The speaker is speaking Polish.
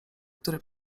który